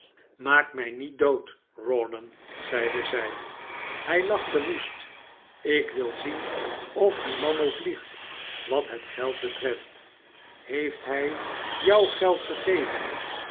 maak mij hiet dood rawdon zeide zij hij lachte woest ik wil zien of die man ook liegt wat het geld betreft heeft hij jou geld gegeven